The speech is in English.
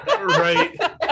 right